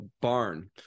barn